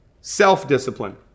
Self-discipline